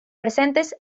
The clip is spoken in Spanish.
presentes